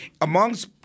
amongst